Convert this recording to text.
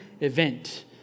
event